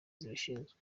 zibishinzwe